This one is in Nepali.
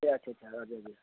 ए अच्छा अच्छा हजुर हजुर